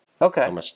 okay